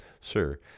sir